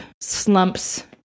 slumps